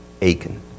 Aiken